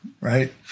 right